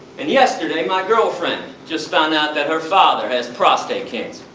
and yesterday my girlfriend, just found out that her father has prostate cancer.